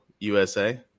USA